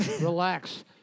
Relax